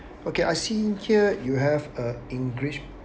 okay I see here you have uh english